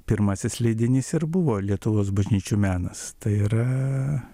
pirmasis leidinys ir buvo lietuvos bažnyčių menas tai yra